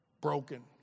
Broken